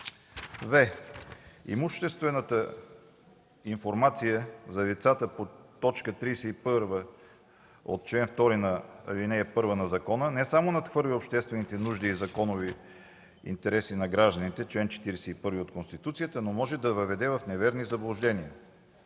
в) Имуществената информация за лицата по т. 31 от чл. 2, ал. 1 на закона не само надхвърля обществените нужди и законните интереси на гражданите, чл. 41 от Конституцията, но може да въведе в неверни заблуждения